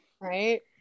right